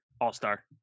all-star